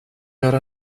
göra